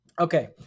Okay